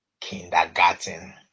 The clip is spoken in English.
kindergarten